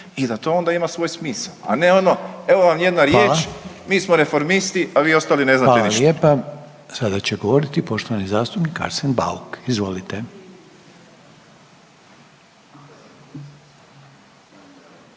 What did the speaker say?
i da onda to ima svoj smisao. A ne ono, evo vam jedna riječ, mi smo reformisti, a vi ostali ne znate ništa. **Reiner, Željko (HDZ)** Hvala lijepa. Sada će govoriti poštovani zastupnik Arsen Bauk. Izvolite.